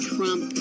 Trump